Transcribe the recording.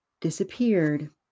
disappeared